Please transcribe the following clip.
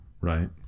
right